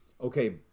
okay